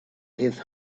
his